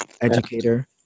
educator